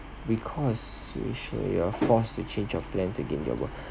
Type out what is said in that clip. recalls which you're forced to change of plans again in your work